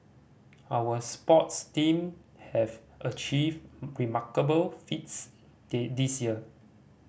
our sports team have achieved remarkable feats the this year